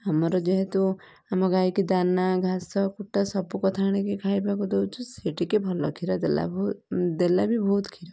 ଆମର ଯେହେତୁ ଆମ ଗାଈକି ଦାନା ଘାସ କୁଟା ସବୁ କଥା ଆଣିକି ଖାଇବାକୁ ଦେଉଛୁ ସେ ଟିକେ ଭଲ କ୍ଷୀର ଦେଲା ବହୁ ଦେଲା ବି ବହୁତ କ୍ଷୀର